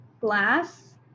Glass